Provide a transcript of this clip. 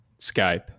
Skype